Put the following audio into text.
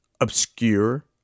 obscure